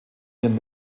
ihren